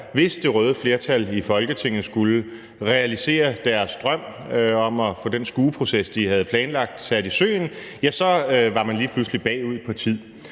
hvis det røde flertal i Folketinget skulle realisere deres drøm om at få den skueproces, de havde planlagt, sat i søen, så var man lige pludselig bagud på tid.